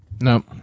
No